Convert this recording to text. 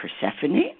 Persephone